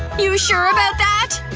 you sure about that?